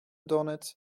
doughnut